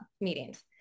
meetings